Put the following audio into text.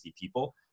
people